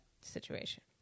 situation